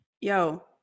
Yo